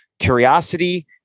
Curiosity